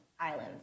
islands